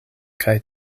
kaj